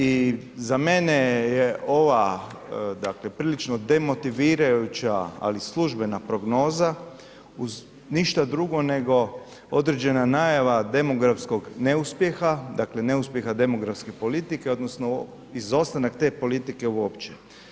I za mene je ova dakle prilično demotivirajuća ali službena prognoza uz ništa drugo nego određena najava demografskog neuspjeha, dakle neuspjeha demografske politike, odnosno izostanak te politike uopće.